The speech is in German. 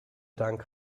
dank